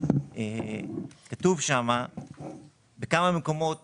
כתוב שם בכמה מקומות